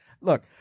Look